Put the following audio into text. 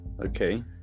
Okay